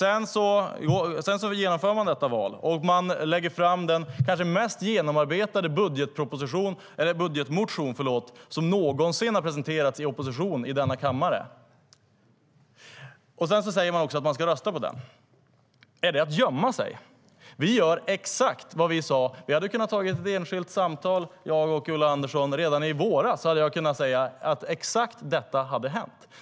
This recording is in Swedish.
Efter valet lägger vi fram den kanske mest genomarbetade budgetmotion som någonsin har presenterats i opposition i denna kammare. Vi säger också att vi ska rösta på den. Är det att gömma sig? Vi gör exakt vad vi sade. Vi kunde ha haft ett enskilt samtal, jag och Ulla Andersson, redan i våras. Då hade jag kunnat säga att exakt detta skulle hända.